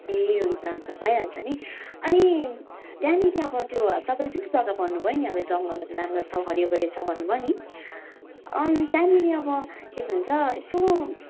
ए हुन्छ हुन्छ भइहाल्छ नि अनि त्यहाँनिर अब त्यो तपाईँले जुन चाहिँ जगा भन्नु भयो नि जङ्गलहरू राम्रो छ हरियो परियो छ भन्नु भयो नि त्यहाँनिर अब के भन्छ यसो